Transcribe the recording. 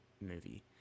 movie